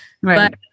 Right